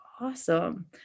awesome